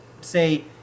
say